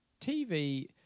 TV